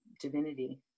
divinity